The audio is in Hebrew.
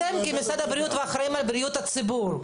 אתם כמשרד הבריאות, כמי שאחראים על בריאות הציבור,